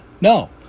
no